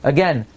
Again